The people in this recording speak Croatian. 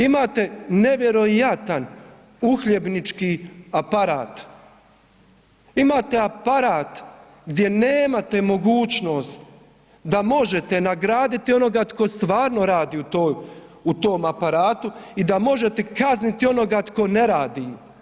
Imate nevjerojatan uhljebnički aparat, imate aparat gdje nemate mogućnost da možete nagraditi onoga tko stvarno radi u tom aparatu i da možete kazniti onoga tko neradi.